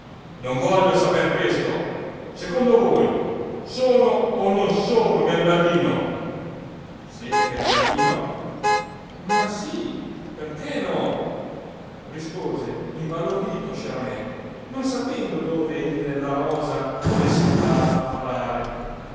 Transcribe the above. non voglio saper questo secondo voi sono o non sono garibaldino siete garibaldino ma sí perché no rispose imbalordito sciaramè non sapendo dove il la rosa volesse andar a parare